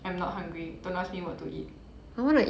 I'm not hungry don't ask me what to eat